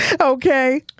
Okay